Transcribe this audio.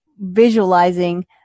visualizing